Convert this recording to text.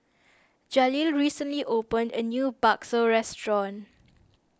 Jaleel recently opened a new Bakso restaurant